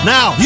Now